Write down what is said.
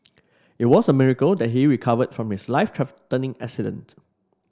it was a miracle that he recovered from his life threatening accident